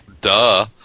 Duh